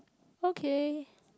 okay